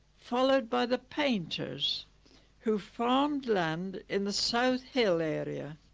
followed by the painters who farmed land in the south hill area